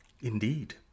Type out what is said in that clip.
Indeed